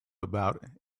about